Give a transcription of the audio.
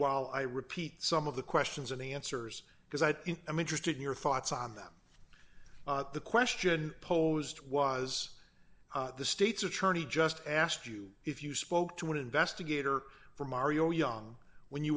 while i repeat some of the questions and answers because i think i'm interested in your thoughts on them the question posed was the state's attorney just asked you if you spoke to an investigator for mario young when you